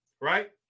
right